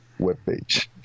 webpage